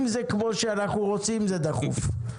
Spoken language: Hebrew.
בבקשה.